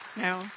No